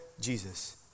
Jesus